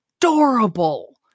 adorable